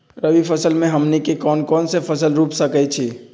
रबी फसल में हमनी के कौन कौन से फसल रूप सकैछि?